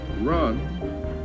run